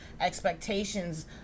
expectations